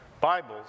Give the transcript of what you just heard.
Bibles